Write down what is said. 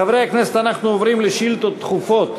חברי הכנסת, אנחנו עוברים לשאילתות דחופות.